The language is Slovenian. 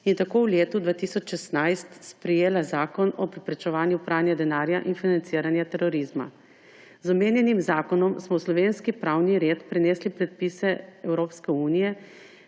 in tako v letu 2016 sprejela Zakon o preprečevanju pranja denarja in financiranja terorizma. Z omenjenim zakonom smo v slovenski pravni red prenesli predpise Evropske unije,